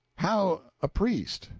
how a priest?